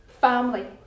family